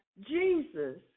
Jesus